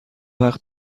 وقت